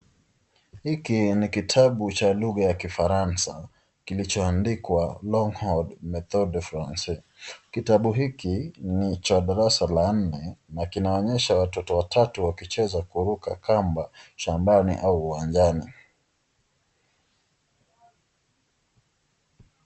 Hiki ni kitabu cha lugha ya kifaransa, kilichoandikwa Longhorn Methode de Francais . Kitabu hiki ni cha darasa la nne na kinaonyesha watoto watatu wakicheza kuruka kamba shambani au uwanjani.